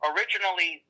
Originally